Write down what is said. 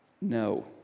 No